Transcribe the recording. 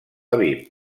aviv